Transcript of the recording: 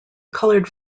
colored